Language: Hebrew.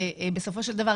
בסופו של דבר,